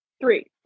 Three